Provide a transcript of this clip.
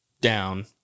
down